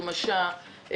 הגמשה,